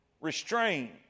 Restrain